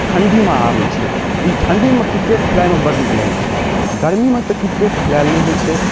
ठण्डीमे आबै छै ई ठण्डीमे किरकेट खेलाइमे बड्ड नीक लगै छै गरमीमे तऽ किरकेट खेलाएल नहि होइ छै